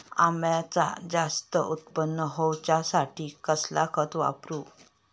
अम्याचा जास्त उत्पन्न होवचासाठी कसला खत वापरू?